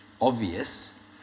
obvious